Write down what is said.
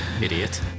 idiot